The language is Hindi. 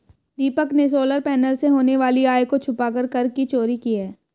दीपक ने सोलर पैनल से होने वाली आय को छुपाकर कर की चोरी की है